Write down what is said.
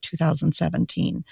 2017